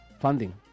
funding